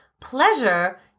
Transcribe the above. pleasure